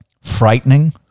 Frightening